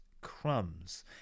crumbs